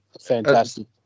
fantastic